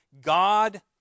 God